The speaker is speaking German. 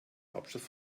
hauptstadt